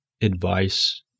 advice